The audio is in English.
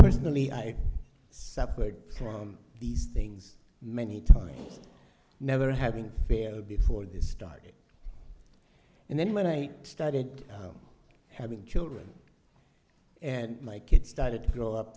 personally i suffered from these things many times never having failed before this started and then when i started having children and my kids started to grow up